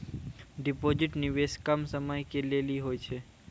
Deposit निवेश कम समय के लेली होय छै?